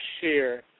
share